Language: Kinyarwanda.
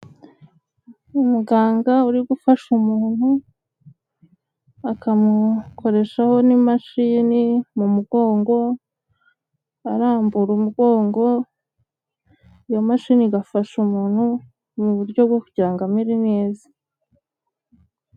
Umuganga uri gufasha umuntu akamukoreshaho n'imashini mu mugongo arambura umugongo, iyo mashini igafasha umuntu mu buryo bwo kugira ngo amere neza.